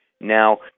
Now